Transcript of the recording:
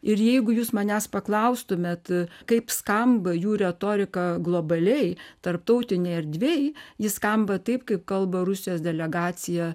ir jeigu jūs manęs paklaustumėt kaip skamba jų retorika globaliai tarptautinėj erdvėj ji skamba taip kaip kalba rusijos delegacija